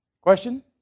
Question